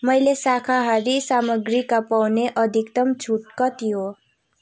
मैले शाकाहारी सामग्रीका पाउने अधिकतम छुट कति हो